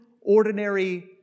ordinary